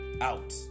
out